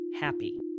happy